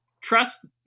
trust